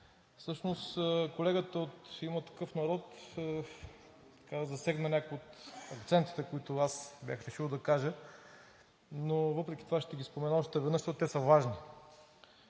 Всъщност колегата от „Има такъв народ“ засегна някои от акцентите, които аз бях решил да кажа, но въпреки това ще ги спомена още веднъж, защото те са важни.